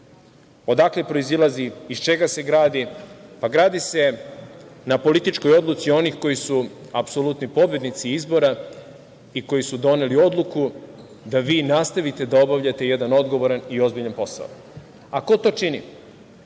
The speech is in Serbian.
odakle proizilazi, iz čega se gradi. Pa, gradi se na političkoj odluci onih koji su apsolutni pobednici izbora i koji su doneli odluku da vi nastavite da obavljate jedan odgovoran i ozbiljan posao. A, ko to čini?